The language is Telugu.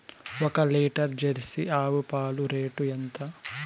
ఒక లీటర్ జెర్సీ ఆవు పాలు రేటు ఎంత?